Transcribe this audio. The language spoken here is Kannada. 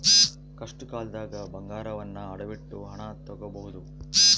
ಕಷ್ಟಕಾಲ್ದಗ ಬಂಗಾರವನ್ನ ಅಡವಿಟ್ಟು ಹಣ ತೊಗೋಬಹುದು